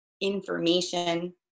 information